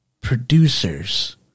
producers